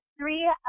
three